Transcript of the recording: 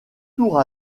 tour